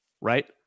right